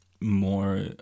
more